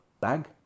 bag